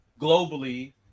globally